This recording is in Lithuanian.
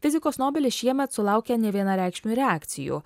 fizikos nobelis šiemet sulaukė nevienareikšmių reakcijų